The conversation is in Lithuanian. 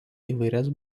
įvairias